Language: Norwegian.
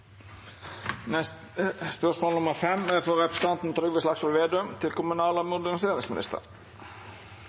tilbake. Spørsmål 7, fra representanten Liv Signe Navarsete til kommunal- og moderniseringsministeren,